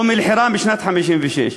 אום-אלחיראן, משנת 1956?